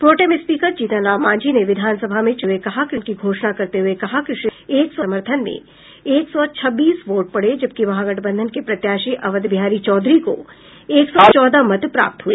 pro tem speaker Jitan Ram Manjhi ने विधानसभा में चुनाव परिणाम की घोषणा करते हुए कहा कि श्री सिन्हा के समर्थन में एक सौ छब्बीस वोट पड़े जबकि महागठबंधन के प्रत्याशी अवध बिहारी चौधरी को एक सौ चौदह मत प्राप्त हुए